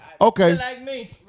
Okay